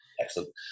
Excellent